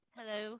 Hello